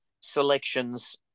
selections